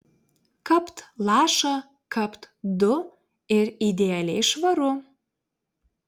kapt lašą kapt du ir idealiai švaru